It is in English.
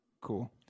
cool